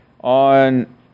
on –